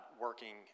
working